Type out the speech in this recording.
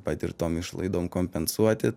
patirtom išlaidom kompensuoti